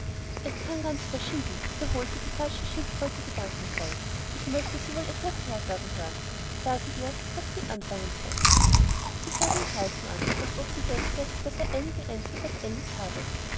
es kam ganz verschieden wiederholte die falsche schildkröte gedankenvoll ich möchte sie wohl etwas hersagen hören sage ihr daß sie anfangen soll sie sah den greifen an als ob sie dächte daß er einigen einfluß auf alice habe